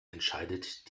entscheidet